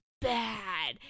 bad